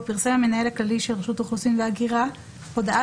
פרסם המנהל הכללי של רשות האוכלוסין וההגירה הודעה